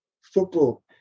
football